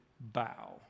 bow